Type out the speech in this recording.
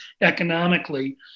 economically